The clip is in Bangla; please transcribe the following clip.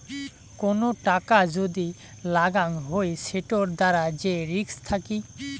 কোন টাকা যদি লাগাং হই সেটোর দ্বারা যে রিস্ক থাকি